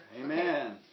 Amen